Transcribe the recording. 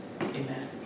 Amen